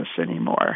anymore